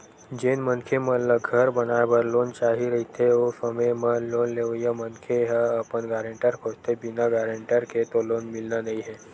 जेन मनखे मन ल घर बनाए बर लोन चाही रहिथे ओ समे म लोन लेवइया मनखे ह अपन गारेंटर खोजथें बिना गारेंटर के तो लोन मिलना नइ हे